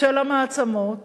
של המעצמות